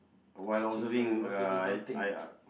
while observing uh I I